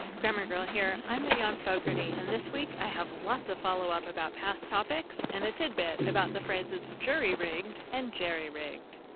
grammar girl here. i'm and yeah mignon fogarty, and this week i have lots of follow-up about past topics and a tidbit about the phrases jury-rigged and jerry-rigged.